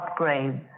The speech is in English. upgrades